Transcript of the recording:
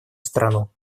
страну